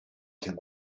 情况